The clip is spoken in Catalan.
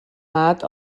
nat